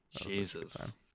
Jesus